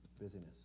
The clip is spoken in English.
Busyness